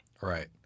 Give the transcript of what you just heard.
Right